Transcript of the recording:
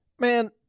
Man